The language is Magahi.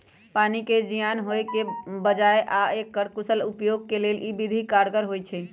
पानी के जीयान होय से बचाबे आऽ एकर कुशल उपयोग के लेल इ विधि कारगर होइ छइ